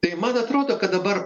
tai man atrodo kad dabar